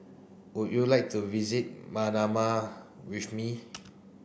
would you like to visit Manama with me